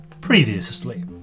Previously